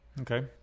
Okay